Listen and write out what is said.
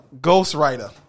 Ghostwriter